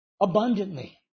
abundantly